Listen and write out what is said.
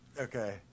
Okay